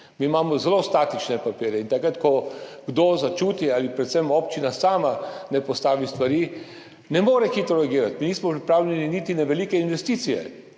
Mi imamo zelo statične papirje, in takrat ko kdo začuti ali predvsem občina sama ne postavi stvari, ne more hitro reagirati. Mi nismo pripravljeni niti na velike investicije,